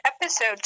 episode